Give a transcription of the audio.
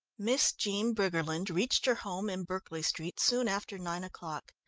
miss jean briggerland reached her home in berkeley street soon after nine o'clock.